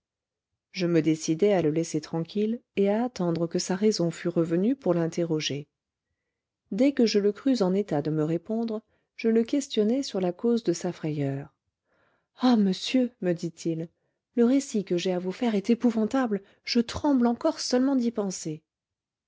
je me décidai à le laisser tranquille et à attendre que sa raison fut revenue pour l'interroger dès que je le crus en état de me répondre je le questionnai sur la cause de sa frayeur ah monsieur me dit-il le récit que j'ai à vous faire est épouvantable je tremble encore seulement d'y penser